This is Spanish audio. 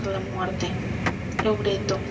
la muerte eureto